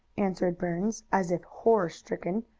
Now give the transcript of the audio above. answered burns, as if horror-stricken.